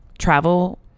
travel